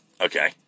Okay